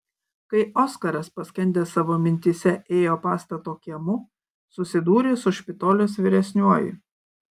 kai oskaras paskendęs savo mintyse ėjo pastato kiemu susidūrė su špitolės vyresniuoju